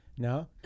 No